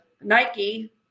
Nike